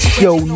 Show